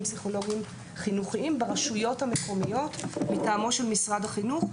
פסיכולוגיים-חינוכיים ברשויות המקומיות מטעמו של משרד החינוך,